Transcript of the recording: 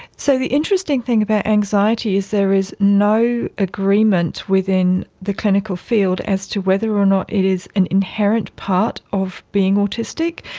so the interesting thing about anxieties, there is no agreement within the clinical field as to whether or not it is an inherent part of being autistic,